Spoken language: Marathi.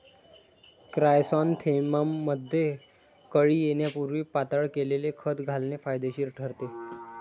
क्रायसॅन्थेमममध्ये कळी येण्यापूर्वी पातळ केलेले खत घालणे फायदेशीर ठरते